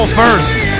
first